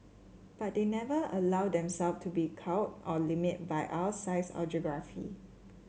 but they never allowed themself to be cowed or limited by our size or geography